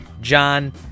john